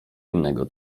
innego